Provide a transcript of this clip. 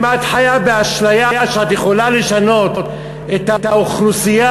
אם את חיה באשליה שאת יכולה לשנות את האוכלוסייה